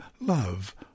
love